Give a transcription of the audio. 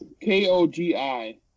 K-O-G-I